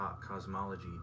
cosmology